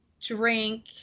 drink